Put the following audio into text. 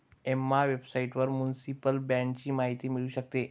Emma वेबसाइटवर municipal बाँडची माहिती मिळू शकते